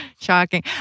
shocking